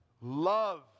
love